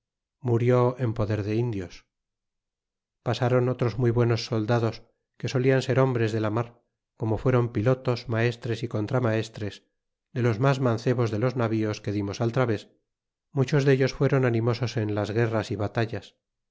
murió en poder de indios pasron otros muy buenos soldados que solian ser hombres de la mar como fuéron pilotos maestres y contramaestres de los mas mancebos de los navíos que dimos al traves muchos dellos fueron animosos en las guerras y batallas